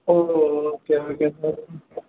O okay okay sir